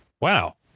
wow